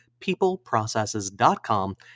peopleprocesses.com